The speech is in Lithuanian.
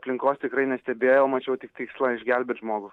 aplinkos tikrai nestebėjau mačiau tik tikslą išgelbėt žmogų